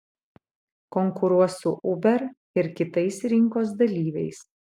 konkuruos su uber ir kitais rinkos dalyviais